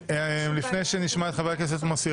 לפני שנשמע את חבר הכנסת מוסי